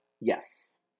Yes